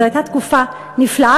זאת הייתה תקופה נפלאה.